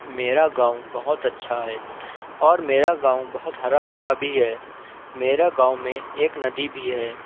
میرا گاؤں بہت اچھا ہے اور میرا گاؤں بہت ہرا بھرا بھی ہے میرا گاؤں میں ایک ندی بھی ہے